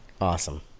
Awesome